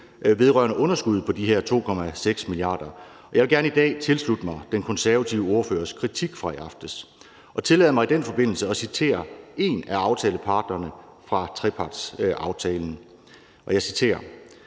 vedrørende underskuddet på de her 2,6 mia. kr. Jeg vil gerne i dag tilslutte mig den konservative ordførers kritik fra i aftes. Tillad mig i den forbindelse at citere en af aftaleparterne fra trepartsaftalen: »DA vil